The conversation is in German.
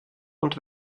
und